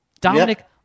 Dominic